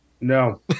No